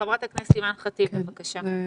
חברת הכנסת אימאן ח'טיב, בבקשה.